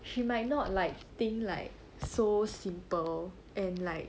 she might not like think like so simple and like